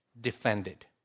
defended